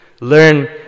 learn